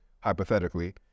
hypothetically